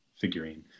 figurine